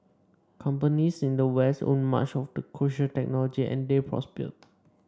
companies in the west owned much of the crucial technology and they prospered